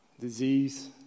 disease